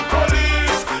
Police